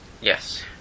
Yes